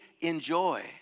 enjoy